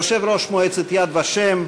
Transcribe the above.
יושב-ראש מועצת "יד ושם"